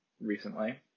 recently